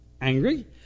Angry